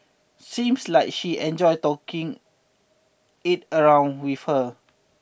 seems like she enjoyed taking it around with her